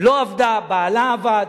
לא עבדה, בעלה עבד.